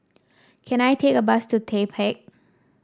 can I take a bus to The Peak